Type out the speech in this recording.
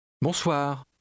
Bonsoir